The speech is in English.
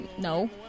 No